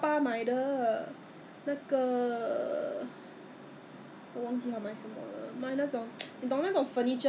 no no err probably because of the mask so have to register then after that 他给我 five dollars ah 好像是 five dollars for first purchase